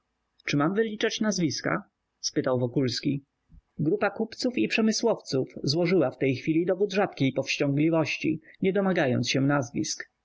czy mam wyliczać nazwiska spytał wokulski grupa kupców i przemysłowców złożyła w tej chwili dowód rzadkiej powściągliwości nie domagając się nazwisk